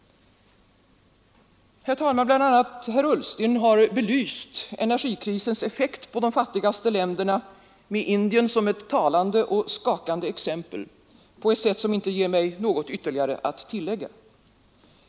Bl. a. herr Ullsten har belyst energikrisens effekt på de fattigaste länderna, med Indien som ett talande och skakande exempel, på ett sätt som inte ger mig något ytterligare att tillägga.